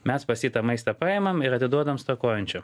mes pas jį tą maistą paimam ir atiduodam stokojančių